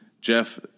Jeff